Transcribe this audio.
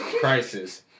crisis